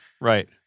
Right